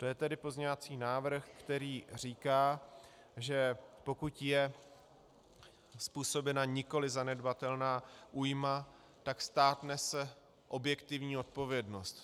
To je tedy pozměňovací návrh, který říká, že pokud je způsobena nikoliv zanedbatelná újma, tak stát nese objektivní odpovědnost.